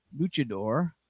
Luchador